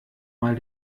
mal